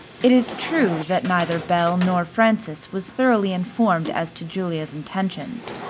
it is true that neither belle nor frances was thoroughly informed as to julia's intentions,